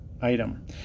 item